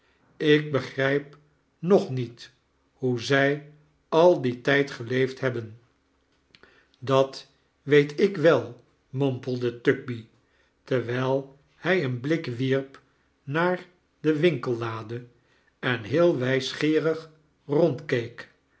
ik begrijp nog niet hoe zij al dien tijd geleefd hebben dat weet ik wel mompelde tugby terwijl hij een blik wierp naar de winkellade en heel wijsgeerig rondkeek